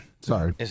sorry